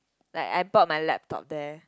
like I bought my laptop there